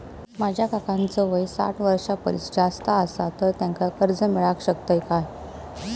माझ्या काकांचो वय साठ वर्षां परिस जास्त आसा तर त्यांका कर्जा मेळाक शकतय काय?